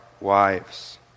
wives